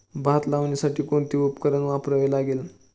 भात लावण्यासाठी कोणते उपकरण वापरावे लागेल?